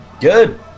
Good